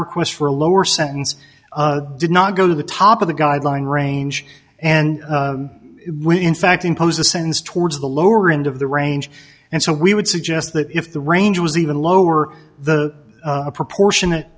request for a lower sentence did not go to the top of the guideline range and will in fact impose a sentence towards the lower end of the range and so we would suggest that if the range was even lower the proportionate